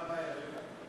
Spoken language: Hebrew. מה הבעיה?